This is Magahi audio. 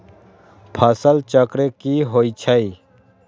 फसल चक्र की होइ छई?